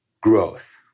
growth